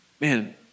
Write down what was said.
man